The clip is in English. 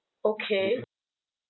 okay